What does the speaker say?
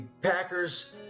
Packers